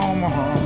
Omaha